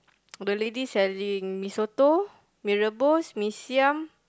the lady selling mee-soto mee-rebus mee-siam